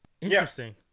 interesting